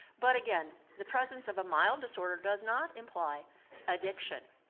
but again, the presence of a mild disorder does not imply addiction.